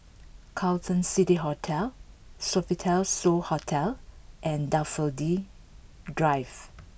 Carlton City Hotel Sofitel So Hotel and Daffodil Drive